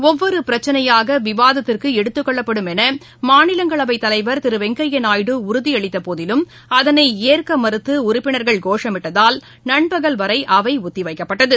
ஒவ்வொருபிரச்சினையாகவிவாதத்திற்குஎடுத்துக்கொள்ளப்படும் எனமாநிலங்களவைதலைவர் திருவெங்கய்யாநாயுடு உறுதிஅளித்தபோதிலும் அதனைஏற்கமறுத்துஉறுப்பினர்கள் கோஷமிட்டதால் நண்பகல் வரைஅவைஒத்திவைக்கப்பட்டது